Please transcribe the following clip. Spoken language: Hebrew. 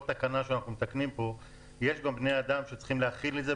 תקנה שאנחנו מתקנים פה יש בני אדם שצריכים להחיל את זה.